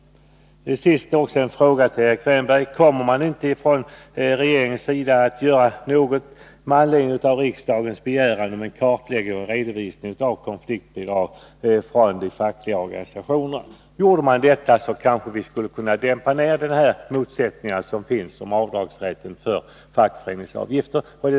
Till sist en fråga till Erik Wärnberg: Kommer man inte från regeringens sida att göra något med anledning av riksdagens begäran om en kartläggning och redovisning av konfliktbidragen från de fackliga organisationerna? Om man gjorde en sådan utredning, skulle vi kanske kunna dämpa de motsättningar som finns om avdragsrätten för fackföreningsavgifter.